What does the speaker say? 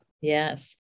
Yes